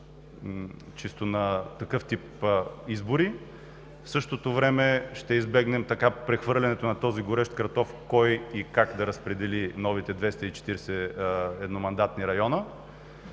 на такъв тип избори. В същото време ще избегнем прехвърлянето на този горещ картоф кой-как да разпредели новите 240 едномандатни района.